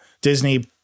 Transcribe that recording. Disney